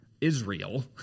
Israel